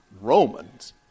Romans